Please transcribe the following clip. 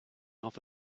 off